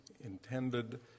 intended